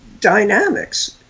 dynamics